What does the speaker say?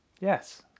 Yes